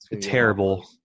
terrible